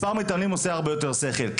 מספר המתאמנים עושה הרבה יותר שכל.